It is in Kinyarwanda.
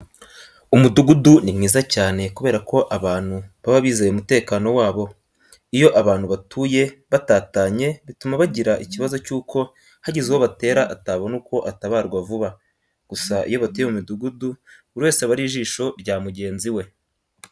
Umudugudu ni mwiza cyane kubera ko abantu baba bizeye umutekano wabo. Iyo abantu batuye batatanye bituma bagira ikibazo cy'uko hagize uwo batera atabona uko atabarwa vuba, gusa iyo batuye mu midugudu buri wese aba ari ijisho rya mugenzi we.